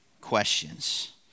questions